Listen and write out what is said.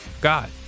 God